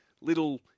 little